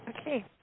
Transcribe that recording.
Okay